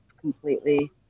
completely